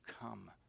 come